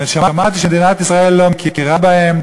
ושמעתי שמדינת ישראל לא מכירה בהם